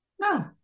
No